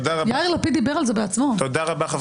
תודה רבה.